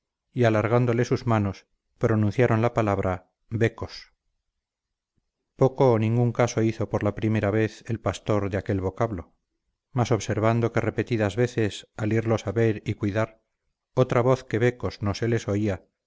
y alargándole sus manos pronunciaron la palabra becos poco o ningún caso hizo por la primera vez el pastor de aquel vocablo mas observando que repetidas veces al irlos a ver y cuidar otra voz que becos no se les